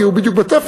כי הוא בדיוק בתפר,